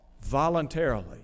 voluntarily